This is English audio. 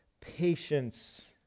Patience